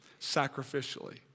sacrificially